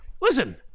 listen